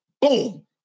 boom